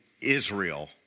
Israel